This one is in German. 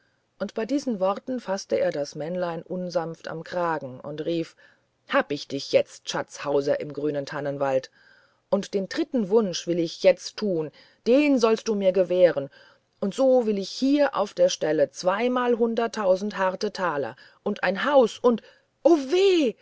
und bei diesen worten faßte er das männlein unsanft am kragen und schrie hab ich dich jetzt schatzhauser im grünen tannenwald und den dritten wunsch will ich jetzt tun den sollst du mir gewähren und so will ich hier auf der stelle zweimalhunderttausend harte taler und ein haus und o weh